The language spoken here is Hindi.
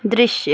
दृश्य